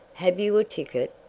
have you a ticket?